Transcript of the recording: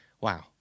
Wow